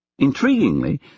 Intriguingly